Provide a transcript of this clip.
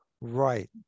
Right